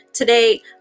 Today